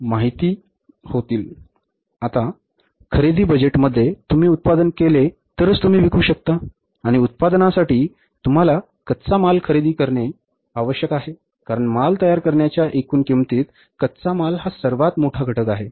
आता खरेदी बजेटमध्ये तुम्ही उत्पादन केले तरच तुम्ही विकू शकता आणि उत्पादनासाठी तुम्हाला कच्चा माल खरेदी करण्याची आवश्यकता आहे कारण माल तयार करण्याच्या एकूण किंमतीत कच्चा माल हा सर्वात मोठा घटक आहे